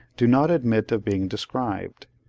do not admit of being described.